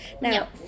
Now